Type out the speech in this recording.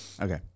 Okay